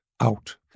out